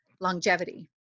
longevity